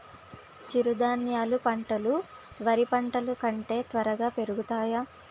చిరుధాన్యాలు పంటలు వరి పంటలు కంటే త్వరగా పెరుగుతయా?